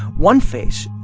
one face,